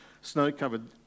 Snow-covered